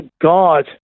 God